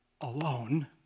alone